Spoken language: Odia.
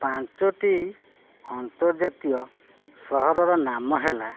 ପାଞ୍ଚଟି ଅନ୍ତର୍ଜାତୀୟ ସହରର ନାମ ହେଲା